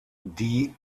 die